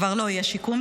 כבר לא יהיה שיקום,